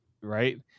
Right